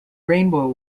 rainbow